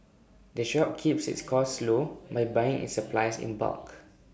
the shop keeps its costs low by buying its supplies in bulk